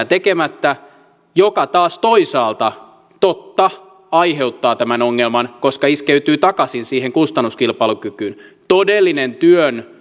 tekemättä mikä taas toisaalta totta aiheuttaa tämän ongelman koska iskeytyy takaisin siihen kustannuskilpailukykyyn todellinen työn